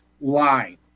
line